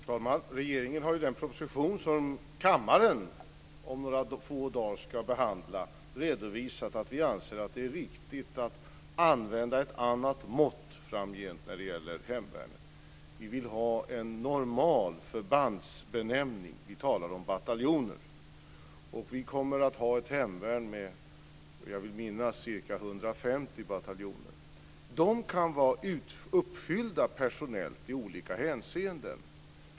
Herr talman! Regeringen har i den proposition som kammaren om några få dagar ska behandla redovisat att vi anser att det är riktigt att använda ett annat mått framgent när det gäller hemvärnet. Vi vill ha en normal förbandsbenämning. Vi talar om bataljoner. Vi kommer att ha ett hemvärn med, vill jag minnas, ca 150 bataljoner. De kan vara uppfyllda personellt i olika hänseenden.